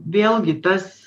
vėlgi tas